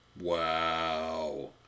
Wow